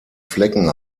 flecken